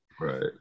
Right